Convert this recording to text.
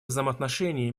взаимоотношений